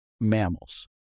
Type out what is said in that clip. mammals